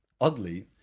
oddly